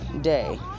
day